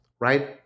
right